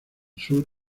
sur